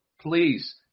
Please